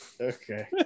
Okay